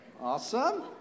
Awesome